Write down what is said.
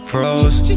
Froze